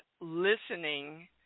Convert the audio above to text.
listening